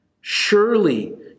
Surely